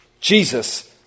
Jesus